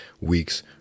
week's